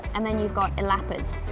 and then you've got elapids.